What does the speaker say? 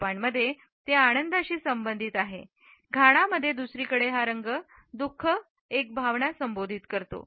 जपानमध्ये ते आनंदाशी संबंधित आहे घाना मध्ये दुसरीकडे हा रंग दु ख एक भावना संबोधित करतो